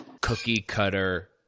cookie-cutter